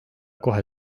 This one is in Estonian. kohe